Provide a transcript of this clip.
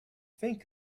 think